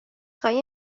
خواهی